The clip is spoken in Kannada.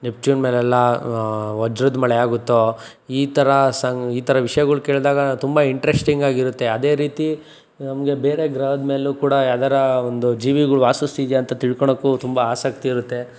ನೆಪ್ಚೂನ್ ಮೇಲೆಲ್ಲ ವಜ್ರದ ಮಳೆ ಆಗುತ್ತೊ ಈ ಥರ ಸಂಗ್ ಈ ಥರ ವಿಷಯಗಳು ಕೇಳಿದಾಗ ತುಂಬ ಇಂಟ್ರಶ್ಟಿಂಗ್ ಆಗಿರುತ್ತೆ ಅದೇ ರೀತಿ ನಮಗೆ ಬೇರೆ ಗ್ರಹದ ಮೇಲೂ ಕೂಡ ಯಾವ್ದಾರ ಒಂದು ಜೀವಿಗಳು ವಾಸಿಸ್ತಿದ್ದೀಯ ಅಂತ ತಿಳ್ಕೊಳ್ಳೋಕ್ಕು ತುಂಬ ಆಸಕ್ತಿ ಇರುತ್ತೆ